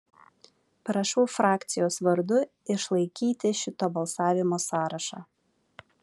prašau frakcijos vardu išlaikyti šito balsavimo sąrašą